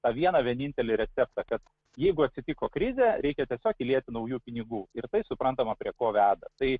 tą vieną vienintelį receptą kad jeigu atsitiko krizė reikia tiesiog įlieti naujų pinigų ir tai suprantama prie ko veda tai